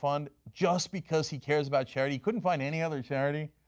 fund just because he cares about charity? he couldn't find any other charity?